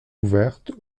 ouverte